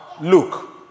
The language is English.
Look